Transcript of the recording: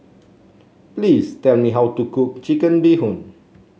please tell me how to cook Chicken Bee Hoon